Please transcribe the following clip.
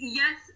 yes